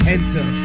Enter